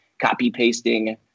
copy-pasting